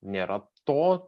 nėra to